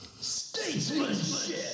Statesmanship